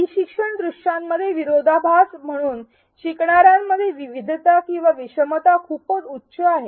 E शिक्षण दृश्यामध्ये विरोधाभास म्हणजे शिकणाऱ्यां मध्ये विविधता किंवा विषमपणा खूपच उच्च आहे